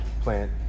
plant